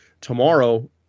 tomorrow